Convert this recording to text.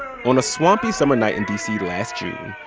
on a swampy, summer night in d c. last june,